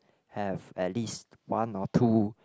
have at least one or two